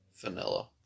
vanilla